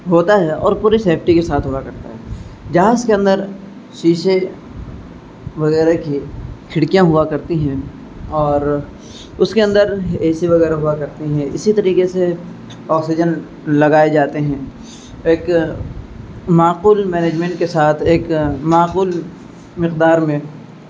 ہوتا ہے اور پوری سیپٹی کے ساتھ ہوا کرتا ہے جہاز کے اندر شیشے وغیرہ کی کھڑکیاں ہوا کرتی ہیں اور اس کے اندر اے سی وغیرہ ہوا کرتی ہیں اسی طریقے سے آکسیجن لگائے جاتے ہیں ایک معقول مینجمنٹ کے ساتھ ایک معقول مقدار میں